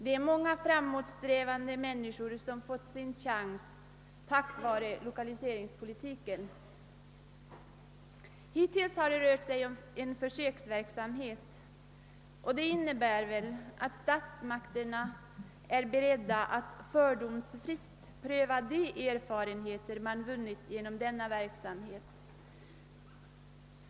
Det är många framåtsträvande människor som fått sin chans tack vare lokaliseringspolitiken. Hittills har det rört sig om en försöksverksamhet. Det innebär väl att statsmakterna är beredda att fördomsfritt pröva de erfarenheter man vunnit genom denna verksamhet.